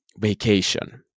vacation